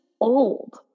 old